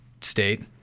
state